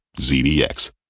ZDX